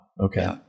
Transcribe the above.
Okay